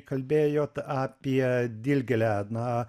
kalbėjot apie dilgėlę na